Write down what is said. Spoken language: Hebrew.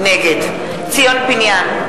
נגד ציון פיניאן,